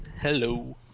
Hello